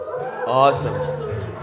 Awesome